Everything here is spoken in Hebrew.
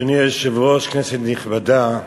אדוני היושב-ראש, כנסת נכבדה,